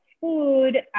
food